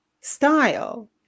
style